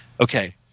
okay